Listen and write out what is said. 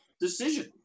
decision